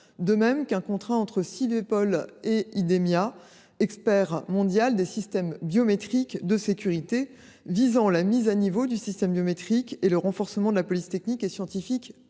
de même qu’un contrat entre Civipol et Idemia, expert mondial des systèmes biométriques de sécurité, ayant pour objet la mise à niveau du système biométrique et le renforcement de la police technique et scientifique